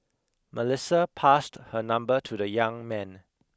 Melissa passed her number to the young man